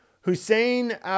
Hussein